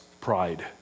pride